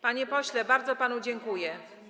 Panie pośle, bardzo panu dziękuję.